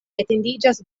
etendiĝas